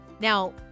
Now